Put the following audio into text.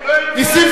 נסים זאב,